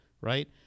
right